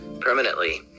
permanently